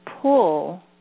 pull